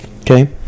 okay